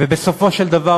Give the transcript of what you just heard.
ובסופו של דבר,